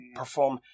perform